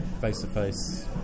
face-to-face